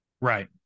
Right